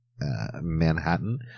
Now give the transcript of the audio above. Manhattan